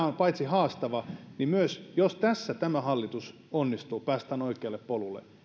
on haastava mutta myös jos tässä tämä hallitus onnistuu ja päästään oikealle polulle